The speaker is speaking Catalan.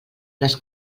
les